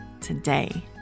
today